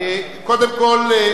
קודם כול,